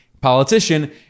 politician